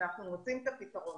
אנחנו מוצאים את הפתרון,